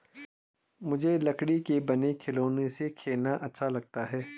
मुझे लकड़ी के बने खिलौनों से खेलना अच्छा लगता है